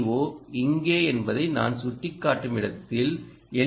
ஓ இங்கே என்பதை நான் சுட்டிக்காட்டும் இடத்தில் எல்